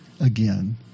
again